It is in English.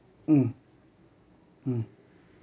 mm mm